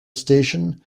station